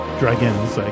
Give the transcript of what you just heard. dragons